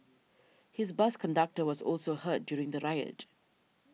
his bus conductor was also hurt during the riot